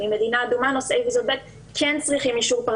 ממדינה אדומה, הם כן צריכים את האישור.